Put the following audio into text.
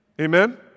Amen